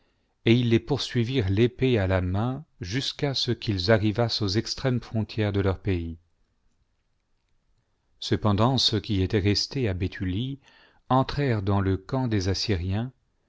et ils les poursuivirent l'épée à la main jusqu'à ce qu'ils arrivassent aux extrêmes frontières de leur pays cependant ceux qui étaient restés à béthulie entrèrent dans le camp des assyriens